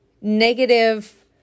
negative